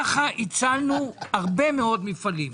ככה הצלנו הרבה מאוד מפעלים.